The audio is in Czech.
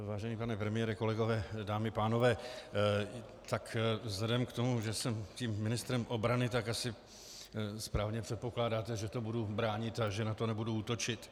Vážený pane premiére, kolegové, dámy, pánové, vzhledem k tomu, že jsem tím ministrem obrany, tak asi správně předpokládáte, že to budu bránit a že na to nebudu útočit.